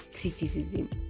criticism